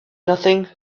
nothing